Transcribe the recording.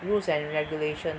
rules and regulation